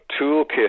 toolkit